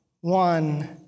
one